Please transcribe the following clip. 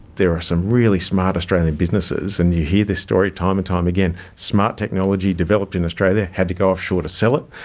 there are some really smart australian businesses, and you hear this story time and time again smart technology developed in australia, had to go offshore to sell it.